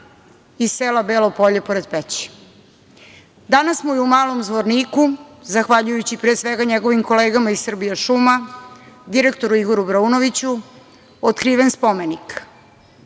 iz sela Belo Polje pored Peći. Danas mu je u Malom Zvorniku, zahvaljujući pre svega njegovim kolegama iz „Srbija šuma“, direktoru Igoru Braunoviću, otkriven spomenik. Miloš